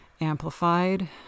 amplified